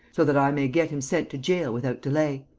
so that i may get him sent to gaol without delay.